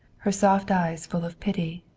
her soft eyes full of pity,